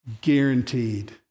guaranteed